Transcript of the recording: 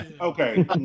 Okay